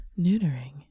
Neutering